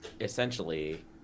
essentially